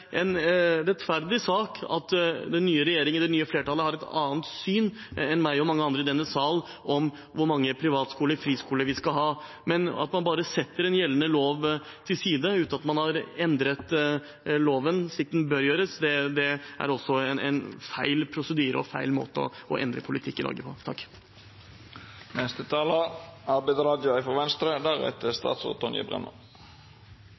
den nye regjeringen og det nye flertallet har et annet syn enn meg og mange andre i denne sal på hvor mange privatskoler og friskoler vi skal ha. Men at man bare setter en gjeldende lov til side, uten at man har endret loven slik det bør gjøres, er også en feil prosedyre og feil måte å endre politikk i Norge på. Venstre mener at det skal være rom for